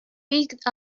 picked